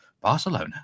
Barcelona